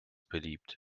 beliebt